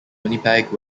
winnipeg